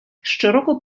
щороку